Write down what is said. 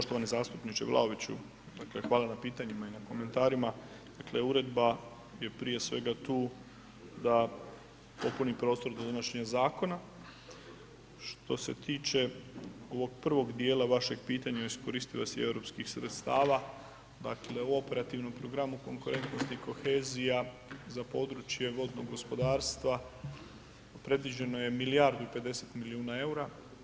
Poštovani zastupniče Vlaoviću, dakle hvala na pitanjima i na komentarima, dakle uredba je prije svega tu da popuni prostor do donošenja zakona, što se tiče ovog prvog dijela vašeg pitanja o iskoristivosti europskih sredstava, dakle u Operativnom programu konkurentnost i kohezija za područje vodnog gospodarstva predviđeno je milijardu i pedeset milijuna EUR-a.